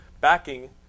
backing